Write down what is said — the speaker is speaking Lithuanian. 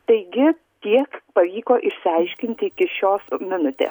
taigi tiek pavyko išsiaiškinti iki šios minutė